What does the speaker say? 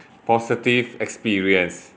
positive experience